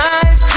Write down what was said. Life